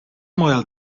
model